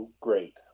great